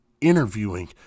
interviewing